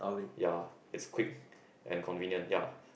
ya is quick and convenient ya